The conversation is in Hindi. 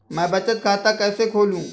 मैं बचत खाता कैसे खोलूँ?